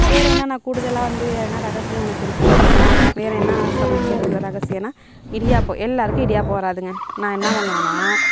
வேறு என்ன நான் கூடுதலாக வந்து என்ன ரகசியம் எனக்கு இருக்குது அப்படினா வேறு என்ன சமைக்கிறதுல ரகசியமெனா இடியாப்பம் எல்லாேருக்கும் இடியாப்பம் வராதுங்க நான் என்ன பண்ணுவேன்னால்